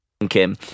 kim